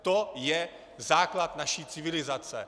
To je základ naší civilizace.